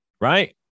right